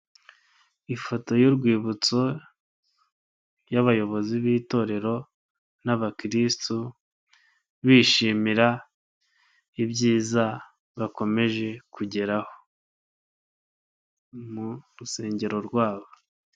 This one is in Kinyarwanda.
Ifoto y'urwibutso y'abayobozi b'itorero n'abakristu, bishimira ibyiza bakomeje kugeraho, mu rusengero rwabo.